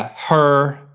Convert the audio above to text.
her,